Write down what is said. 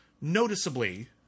noticeably